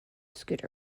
scooter